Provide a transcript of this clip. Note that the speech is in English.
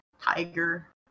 tiger